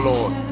Lord